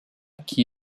qui